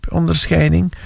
onderscheiding